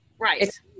Right